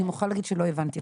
אני מוכרחה להגיד שלא הבנתי,